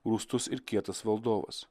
rūstus ir kietas valdovas